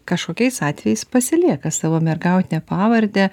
kažkokiais atvejais pasilieka savo mergautinę pavardę